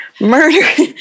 Murder